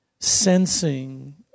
sensing